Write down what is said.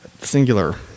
singular